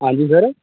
आं जी सर